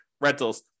rentals